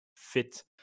Fit